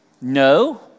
No